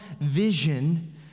vision